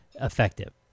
effective